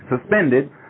suspended